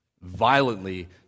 Violently